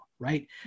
right